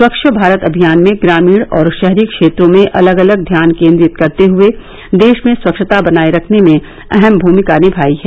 स्वच्छ भारत अभियान में ग्रामीण और शहरी क्षेत्रों में अलग अलग ध्यान केन्द्रीय करते हुए देश में स्वच्छता बनाए रखने में अहम भूमिका निमाई है